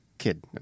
kid